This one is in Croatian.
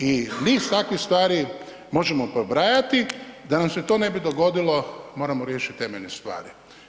I niz takvih stvari možemo prebrajati da nam se to ne bi dogodilo, moramo riješiti temeljne stvari.